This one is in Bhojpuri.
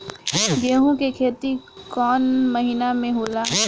गेहूँ के खेती कवना महीना में होला?